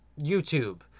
YouTube